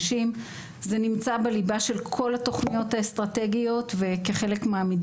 זה נוגע בי אישית, אני לא רק הבן